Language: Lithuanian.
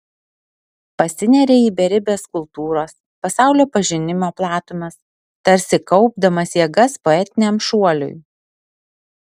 pasineria į beribes kultūros pasaulio pažinimo platumas tarsi kaupdamas jėgas poetiniam šuoliui